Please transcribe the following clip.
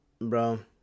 Bro